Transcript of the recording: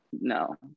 no